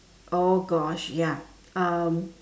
oh gosh ya um